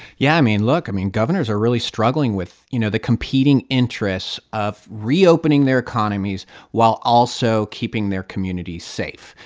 yeah. i mean, look. i mean, governors are really struggling with, you know, the competing interests of reopening their economies while also keeping their communities safe.